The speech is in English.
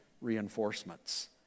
reinforcements